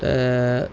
त